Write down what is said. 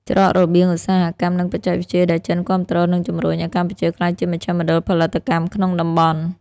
ច្រករបៀងឧស្សាហកម្ម និងបច្ចេកវិទ្យាដែលចិនគាំទ្រ នឹងជំរុញឱ្យកម្ពុជាក្លាយជាមជ្ឈមណ្ឌលផលិតកម្មក្នុងតំបន់។